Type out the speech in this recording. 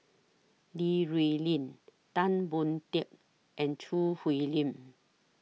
Li Rulin Tan Boon Teik and Choo Hwee Lim